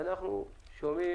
אנחנו שומעים